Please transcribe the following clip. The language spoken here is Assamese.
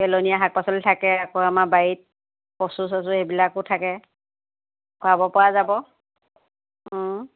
পেলনীয়া শাক পাচলি থাকে আকৌ আমাৰ বাৰীত কচু চচু সেইবিলাকো থাকে খোৱাব পৰা যাব